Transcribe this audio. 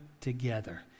together